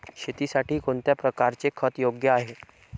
शेतीसाठी कोणत्या प्रकारचे खत योग्य आहे?